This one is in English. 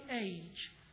age